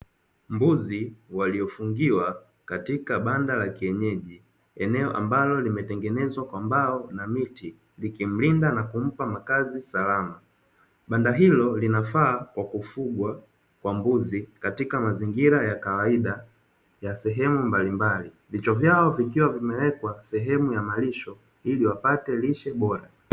Mbuzi waliofungiwa katika banda la kienyeji, eneo ambalo limetengenezwa kwa mbao na miti likimlinda na kumpa makazi salama. Banda hilo linafaa kwa kufugwa kwa mbuzi katika mazingira ya kawaida ya sehemu mbalimbali, vichwa vyao vikiwa vimewekwa sehemu ya malisho ili wapate lishe bora.